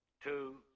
two